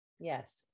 yes